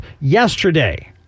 yesterday